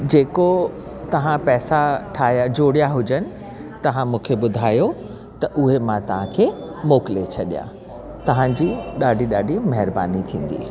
जेको तव्हां पैसा ठाहिया जोड़िया हुजनि तव्हां मूंखे ॿुधायो त मां तव्हांखे मोकिले छॾियां तव्हांजी ॾाढी ॾाढी महिरबानी थींदी